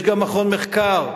יש גם מכון מחקר,